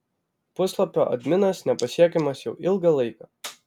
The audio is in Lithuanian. puslapio adminas nepasiekiamas jau ilgą laiką